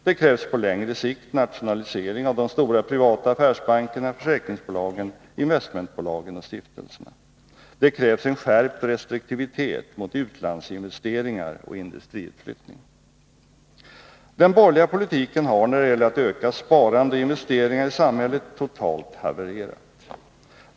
Det krävs på längre sikt nationalisering av de stora privata affärsbankerna, försäkringsbolagen, investmentbolagen och stiftelserna. Det fordras en skärpt restriktivitet mot utlandsinvesteringar och industriutflyttning. Den borgerliga politiken har, när det gäller att öka sparande och investeringar i samhället, totalt havererat.